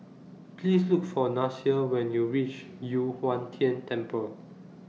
Please Look For Nasir when YOU REACH Yu Huang Tian Temple